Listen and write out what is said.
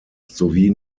sowie